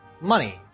money